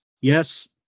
yes